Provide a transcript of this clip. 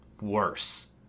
worse